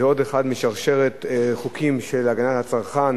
זה עוד אחד בשרשרת חוקים להגנת הצרכן,